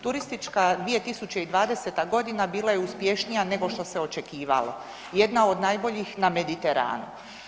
Turistička 2020.g. bila je uspješnija nego što se očekivalo, jedna od najboljih na Mediteranu.